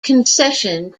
concession